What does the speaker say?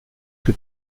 que